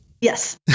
Yes